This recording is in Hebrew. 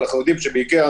אבל אנחנו יודעים שבאיקאה